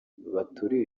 baturiye